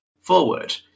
forward